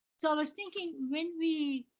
so i was thinking when we,